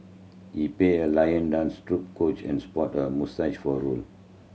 he pay a lion dance troupe coach and sport a moustache for role